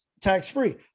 tax-free